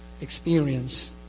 experience